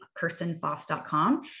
kirstenfoss.com